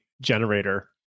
generator